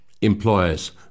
employers